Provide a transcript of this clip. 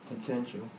potential